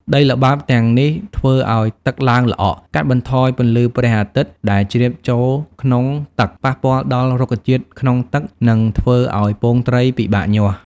ដីល្បាប់ទាំងនេះធ្វើឱ្យទឹកឡើងល្អក់ កាត់បន្ថយពន្លឺព្រះអាទិត្យដែលជ្រាបចូលក្នុងទឹក ប៉ះពាល់ដល់រុក្ខជាតិក្នុងទឹក និងធ្វើឱ្យពងត្រីពិបាកញាស់។